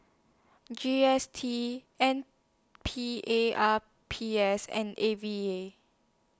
G S T N P A R P S and A V A